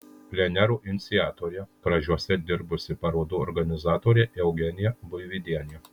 plenerų iniciatorė kražiuose dirbusi parodų organizatorė eugenija buivydienė